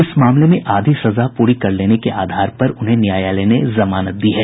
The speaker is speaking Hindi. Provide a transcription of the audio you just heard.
इस मामले में आधी सजा पूरी कर लेने के आधार पर उन्हें न्यायालय ने जमानत दी है